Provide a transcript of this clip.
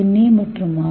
ஏ மற்றும் ஆர்